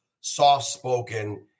soft-spoken